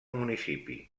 municipi